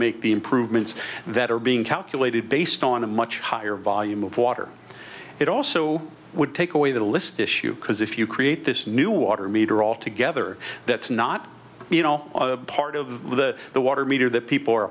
make the improvements that are being calculated based on a much higher volume of water it also would take away the list issue because if you create this new water meter all together that's not you know part of the the water meter that people are